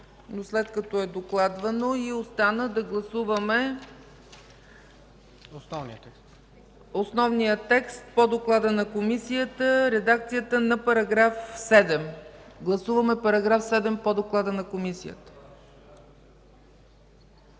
след като беше докладвано. Остана да гласуваме основния текст по доклада на Комисията – редакцията на § 7. Гласуваме § 7 по доклада на Комисията.